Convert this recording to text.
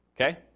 Okay